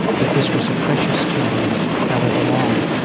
that this was a precious time, however long,